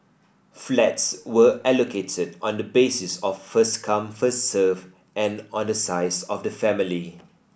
flats were allocated on the basis of first come first served and on the size of the family